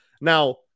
now